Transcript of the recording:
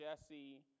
Jesse